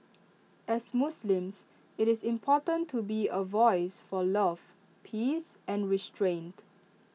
as Muslims IT is important to be A voice for love peace and restraint